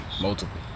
Multiple